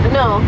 no